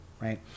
right